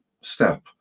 step